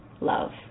love